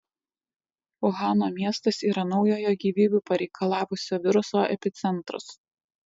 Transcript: uhano miestas yra naujojo gyvybių pareikalavusio viruso epicentras